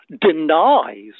denies